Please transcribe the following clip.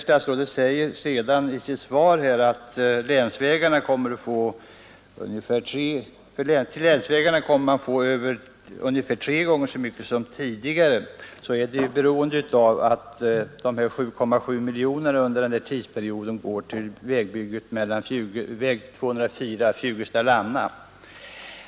Statsrådet anför vidare att länsvägarna kommer att få ungefär Nr 74 tre gånger så mycket pengar som tidigare, men det beror på att 7,7 Torsdagen den miljoner kronor går till väg 204 Fjugesta—Lanna.